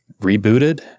rebooted